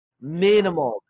Minimum